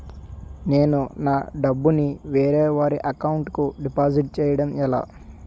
నేను నా డబ్బు ని వేరే వారి అకౌంట్ కు డిపాజిట్చే యడం ఎలా?